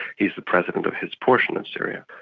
he is the president of his portion of syria.